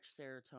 serotonin